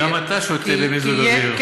גם אתה שותה במיזוג אוויר.